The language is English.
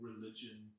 religion